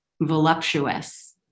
voluptuous